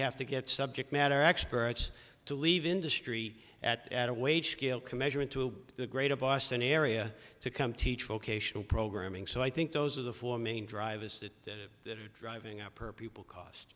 have to get subject matter experts to leave industry at at a wage scale commitment to the greater boston area to come teach vocational programming so i think those are the four main drivers that driving up her people cost